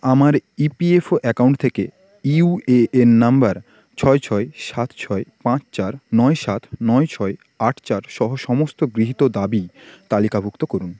আমার EPFO account থেকে UAN number ছয় ছয় সাত ছয় পাঁচ চার নয় সাত নয় ছয় আট চার সহ সমস্ত গৃহীত দাবি তালিকাভুক্ত করুন